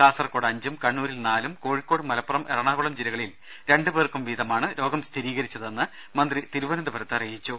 കാസർകോട് അഞ്ചും കണ്ണൂരിൽ നാലും കോഴിക്കോട് മലപ്പുറം എറണാകുളം ജില്ലകളിൽ രണ്ടു പേർക്കും വീതമാണ് രോഗം സ്ഥിരീകരിച്ചതെന്ന് മന്ത്രി തിരുവനന്തപുരത്ത് അറിയിച്ചു